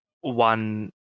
one